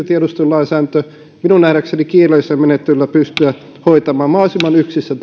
tiedustelulainsäädäntö minun nähdäkseni kiireellisellä menettelyllä pystyä hoitamaan mahdollisimman yksissä